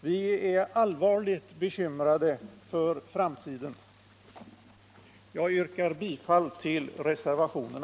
Vi är allvarligt bekymrade för framtiden. Jag yrkar bifall till de socialdemokratiska reservationerna.